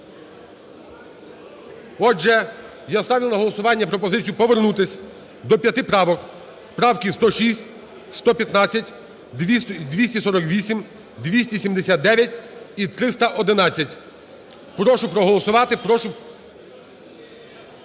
Отже, я ставлю на голосування пропозицію повернутись до п'яти правок: правки 106, 115, 248, 279 і 311. Прошу проголосувати,